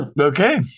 Okay